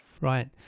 Right